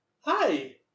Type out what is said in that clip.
Hi